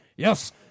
Yes